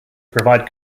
provide